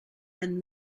and